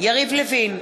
יריב לוין,